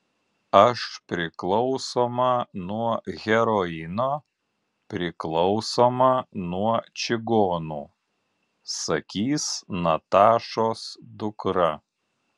aš priklausoma nuo heroino priklausoma nuo čigonų sakys natašos dukra